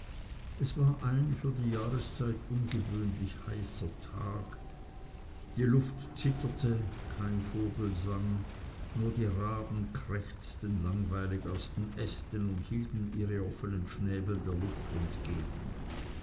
es war ein für die jahreszeit ungewöhnlich heißer tag die luft zitterte kein vogel sang nur die raben krächzten langweilig aus den ästen und hielten ihre offenen schnäbel der luft entgegen